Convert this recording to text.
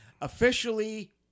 officially